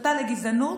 הסתה לגזענות.